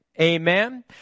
Amen